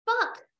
fuck